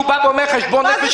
שהוא בא ואומר: חשבון נפש,